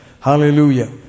Hallelujah